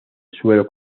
suelo